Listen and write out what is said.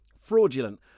fraudulent